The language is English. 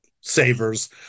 savers